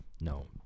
no